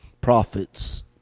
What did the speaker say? prophets